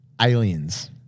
Aliens